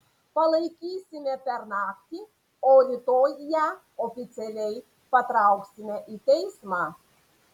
palaikysime per naktį o rytoj ją oficialiai patrauksime į teismą